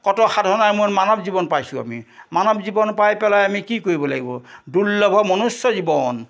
কত সাধাৰণ মই মানৱ জীৱন পাইছোঁ আমি মানৱ জীৱন পাই পেলাই আমি কি কৰিব লাগিব দুৰ্লভ মনুষ্য জীৱন